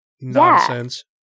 nonsense